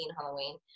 Halloween